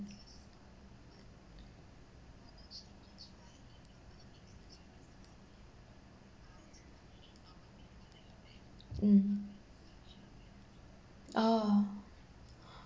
mm oh